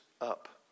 up